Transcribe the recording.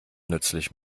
nützlich